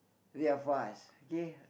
they are fast okay